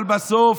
אבל בסוף,